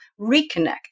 reconnect